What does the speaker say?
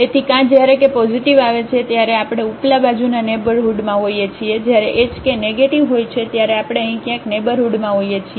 તેથી કાં જ્યારે કે પોઝિટિવ આવે છે ત્યારે આપણે ઉપલા બાજુના નેઇબરહુડમાં હોઈએ છીએ જ્યારે hk નેગેટિવ હોય છે ત્યારે આપણે અહીં ક્યાંક નેઇબરહુડમાં હોઈએ છીએ